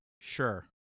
Sure